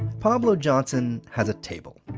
pableaux johnson has a table.